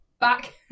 Back